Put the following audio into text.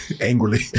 Angrily